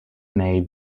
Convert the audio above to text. may